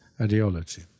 ideology